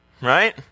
Right